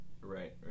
Right